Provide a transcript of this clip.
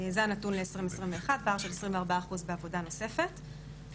זה הנתון ל-2021, פער של 24% בעבודה נוספת.